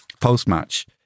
post-match